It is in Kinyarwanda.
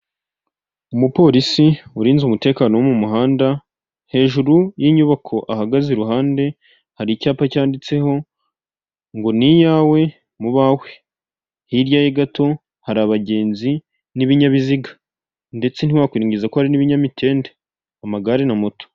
Umupolisi urinze umutekano wo mu muhanda, hejuru y'inyubako ahagaze iruhande, hari icyapa cyanditseho ngo " Ni iyawe, mu bawe". Hirya ye gato hari abagenzi n'ibinyabiziga. Ndetse ntiwakwirengagiza ko hari n'ibinyamitende. Amagare na moto.